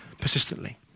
persistently